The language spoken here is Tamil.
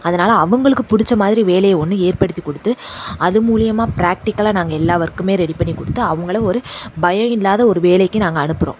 அதனால் அவங்களுக்கு பிடிச்ச மாதிரி வேலையை ஒன்று ஏற்படுத்தி கொடுத்து அது மூலிமா பிராக்டிக்கலாக நாங்கள் எல்லா ஒர்க்குமே ரெடி பண்ணி கொடுத்து அவங்கள ஒரு பயம் இல்லாத ஒரு வேலைக்கு நாங்கள் அனுப்புகிறோம்